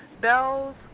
bells